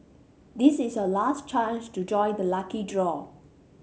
this is your last chance to join the lucky draw